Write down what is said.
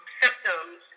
symptoms